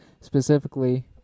specifically